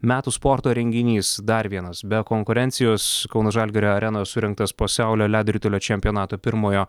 metų sporto renginys dar vienas be konkurencijos kauno žalgirio arenoje surengtas pasaulio ledo ritulio čempionato pirmojo